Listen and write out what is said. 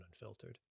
Unfiltered